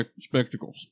spectacles